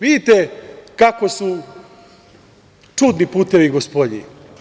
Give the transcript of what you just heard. Vidite kako su čudni putevi gospodnji.